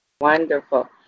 Wonderful